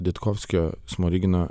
ditkovskio smorigino